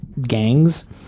gangs